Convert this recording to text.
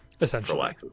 essentially